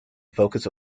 focus